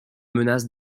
menace